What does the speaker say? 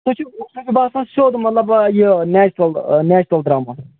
تۅہہِ چھُو تۅہہِ چھُو باسان سیٚود مطلب یہِ نیچرل نیچرل دَرمُن